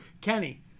Kenny